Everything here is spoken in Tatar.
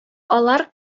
алар